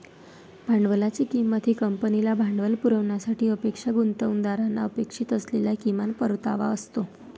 भांडवलाची किंमत ही कंपनीला भांडवल पुरवण्याची अपेक्षा गुंतवणूकदारांना अपेक्षित असलेला किमान परतावा असतो